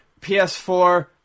ps4